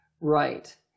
Right